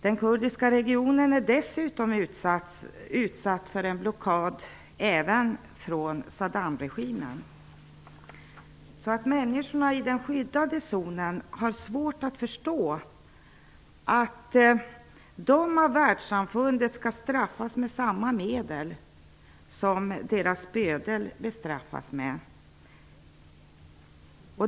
Den kurdiska regionen är dessutom utsatt för en blockad från Saddamregimen. Människorna i den skyddade zonen har svårt att förstå att de av världssamfundet skall straffas med samma medel som deras bödel bestraffas med.